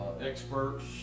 experts